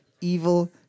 Evil